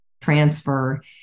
transfer